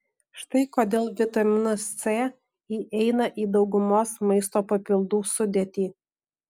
štai kodėl vitaminas c įeina į daugumos maisto papildų sudėtį